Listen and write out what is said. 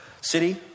city